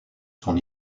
son